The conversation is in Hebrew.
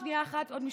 שנייה אחת, עוד משפט.